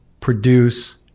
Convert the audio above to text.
produce